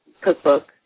cookbook